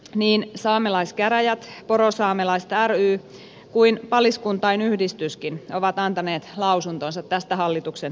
niin saamelaiskäräjät porosaamelaiset ry kuin paliskuntain yhdistyskin ovat antaneet lausuntonsa tästä hallituksen esityksestä